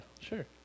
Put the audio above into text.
Sure